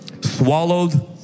swallowed